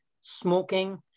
smoking